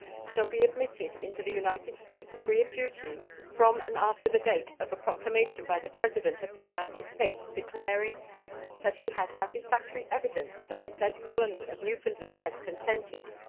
shall be admitted into the united states free of duty from and after the date of a proclamation by the president of the united states declaring that he has satisfactory evidence that the said colony of newfoundland has consented,